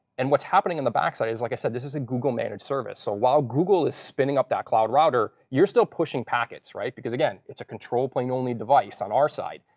and what's happening in the back side, is like i said, this is a google-managed service. so while google is spinning up that cloud router, you're still pushing packets. because again, it's a control plane only device on our side.